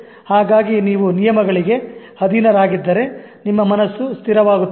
ಹಾಗಾಗಿ ನೀವು ನಿಯಮಗಳಿಗೆ ಅಧೀನರಾಗಿದ್ದರೆ ನಿಮ್ಮ ಮನಸ್ಸು ಸ್ಥಿರವಾಗುತ್ತದೆ